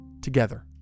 together